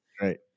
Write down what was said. Right